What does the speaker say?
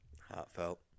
Heartfelt